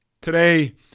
Today